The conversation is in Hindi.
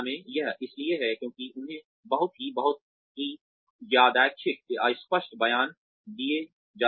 यह इसलिए है क्योंकि उन्हें बहुत ही बहुत ही यादृच्छिक अस्पष्ट बयान दिए जाते हैं